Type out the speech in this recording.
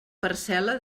parcel·la